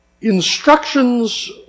Instructions